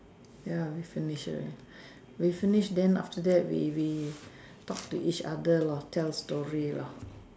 ya we finish already we finish then after that we we talk to each other lor tell story lor